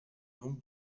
donc